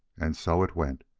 and so it went.